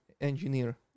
engineer